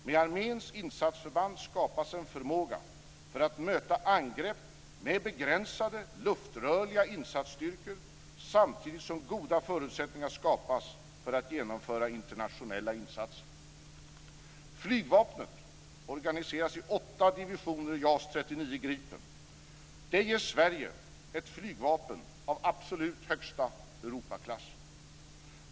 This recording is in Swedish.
Med arméns insatsförband skapas en förmåga att möta angrepp med begränsade luftrörliga insatsstyrkor samtidigt som goda förutsättningar skapas för att genomföra internationella insatser. Gripen. Det ger Sverige ett flygvapen av absolut högsta Europaklass.